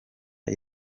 iri